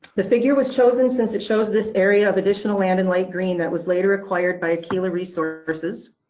the figure was chosen since it shows this area of additional land in light green that was later required by aquila resources,